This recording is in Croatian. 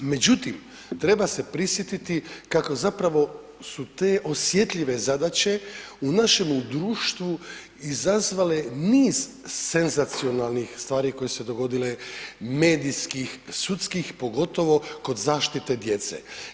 Međutim, treba se prisjetiti kako zapravo su te osjetljive zadaće u našemu društvu izazvale niz senzacionalnih stvari koje su se dogodile medijskih sudskih, pogotovo kod zaštite djece.